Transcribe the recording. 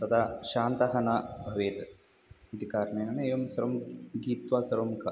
तदा शान्तः न भवेत् इति कारणेन एवं सर्वं गीत्वा सर्वं का